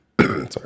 sorry